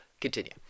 continue